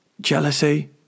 Jealousy